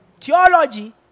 theology